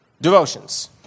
Devotions